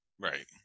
right